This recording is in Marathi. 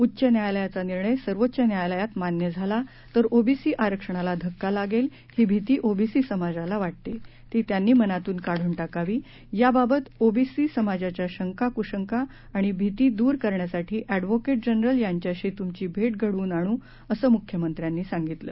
उच्च न्यायालयाचा निर्णय सर्वोच्च न्यायालयात मान्य झाला तर ओबीसी आरक्षणाला धक्का लागेल ही भीती ओबीसी समाजाला वाटते ती त्यांनी मनातून काढून टाकावी याबाबत ओबीसी समाजाच्या शंका कुशंका आणि भीती दूर करण्यासाठी एडव्होकेट जनरल यांच्याशी तुमची भेट घडवून आणू असं मुख्यमंत्र्यांनी सांगितलं